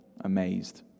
amazed